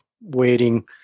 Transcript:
waiting